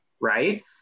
right